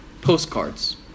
postcards